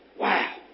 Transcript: Wow